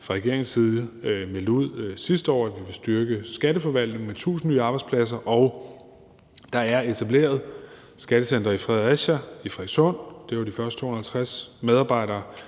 fra regeringens side sidste år meldt ud, at vi vil styrke Skatteforvaltningen med 1.000 nye arbejdspladser, og der er etableret et skattecenter i Fredericia og et i Albertslund – det var de første 250 medarbejdere.